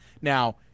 Now